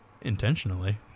Intentionally